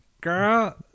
Girl